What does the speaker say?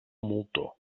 moltó